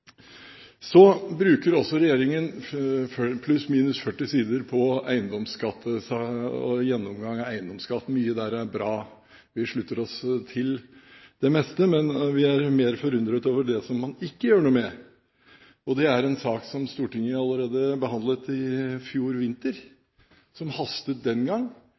Så bruker regjeringen pluss/minus 40 sider på gjennomgang av eiendomsskatt. Mye der er bra, vi slutter oss til det meste, men vi er mer forundret over det som man ikke gjør noe med. Det er en sak som Stortinget behandlet allerede i fjor vinter, som hastet den gang,